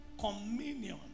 communion